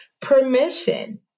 Permission